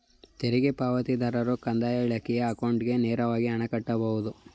ತೆರಿಗೆ ಪಾವತಿದಾರರು ಕಂದಾಯ ಇಲಾಖೆಯ ಅಕೌಂಟ್ಗೆ ನೇರವಾಗಿ ಹಣ ಕಟ್ಟಬಹುದು